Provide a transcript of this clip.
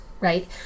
right